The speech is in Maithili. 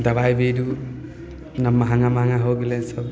दबाइ बीरू महंगा महंगा हो गेलै सभ